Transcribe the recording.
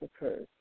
occurs